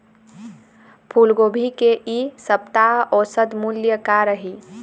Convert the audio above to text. फूलगोभी के इ सप्ता औसत मूल्य का रही?